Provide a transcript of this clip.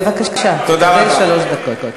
בבקשה, קבל שלוש דקות.